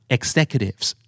Executives